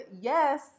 Yes